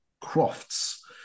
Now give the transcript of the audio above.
Crofts